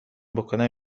بکنم